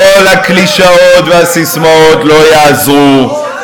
לא, הקלישאות, כל הקלישאות והססמאות לא יעזרו.